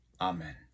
Amen